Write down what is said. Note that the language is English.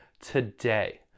today